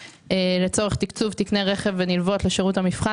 לצורך תקצוב תקני רכב ונלוות לשירות המבחן,